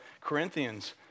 Corinthians